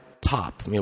top